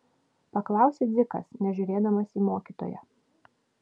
paklausė dzikas nežiūrėdamas į mokytoją